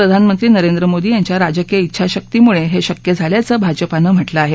प्रधानमंत्री नरेंद्र मोदी यांच्या राजकीय डेछाशक्तीमुळे हे शक्य झाल्याचं भाजपानं म्हटलं आहे